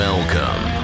Welcome